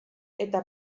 eta